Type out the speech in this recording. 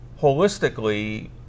holistically